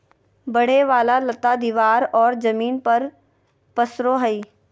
बढ़े वाला लता दीवार और जमीन पर पसरो हइ